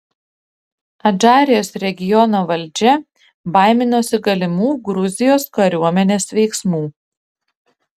adžarijos regiono valdžia baiminosi galimų gruzijos kariuomenės veiksmų